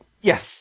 Yes